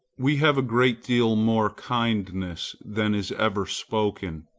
we have a great deal more kindness than is ever spoken.